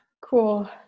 Cool